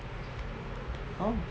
how